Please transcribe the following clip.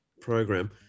program